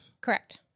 Correct